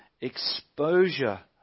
Exposure